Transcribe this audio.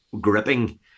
gripping